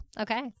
Okay